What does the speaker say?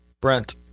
Brent